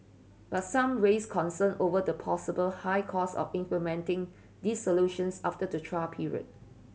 but some raised concern over the possible high cost of implementing these solutions after the trial period